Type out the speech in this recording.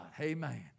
Amen